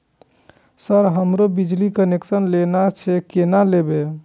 Sir हमरो बिजली connection लेना छे केना लेबे?